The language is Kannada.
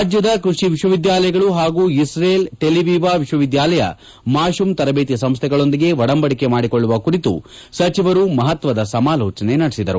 ರಾಜ್ಯದ ಕೃಷಿ ವಿಶ್ವವಿದ್ಯಾಲಯಗಳು ಹಾಗೂ ಇಶ್ರೇಲ್ ಟೆಲಿವಿವಾ ವಿಶ್ವವಿದ್ವಾಲಯ ಮಾಶೋಮ್ ತರಬೇತಿ ಸಂಸ್ಟೆಗಳೊಂದಿಗೆ ಒಡಂಬಡಿಕೆ ಮಾಡಿಕೊಳ್ಳುವ ಕುರಿತು ಸಚಿವರು ಮಪತ್ತದ ಸಮಾಲೋಜನೆ ನಡೆಸಿದರು